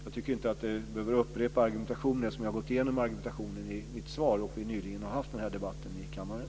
Jag behöver inte upprepa argumentationen eftersom jag har gått igenom den i mitt svar och vi nyligen har haft den här debatten i kammaren.